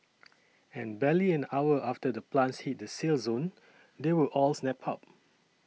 and barely an hour after the plants hit the sale zone they were all snapped up